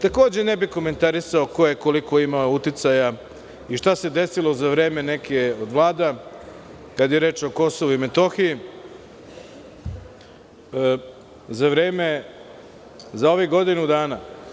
Takođe, ne bih komentarisao ko je koliko imao uticaja i šta se desilo za vreme neke od Vlada, kada je reč o Kosovu i Metohiji za vreme, za ovih godinu dana.